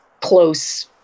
close